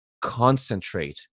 concentrate